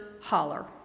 holler